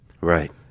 Right